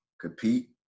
compete